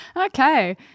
Okay